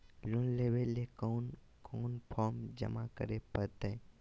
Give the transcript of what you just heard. Loan लेवे ले कोन कोन फॉर्म जमा करे परते?